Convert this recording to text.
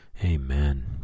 Amen